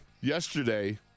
yesterday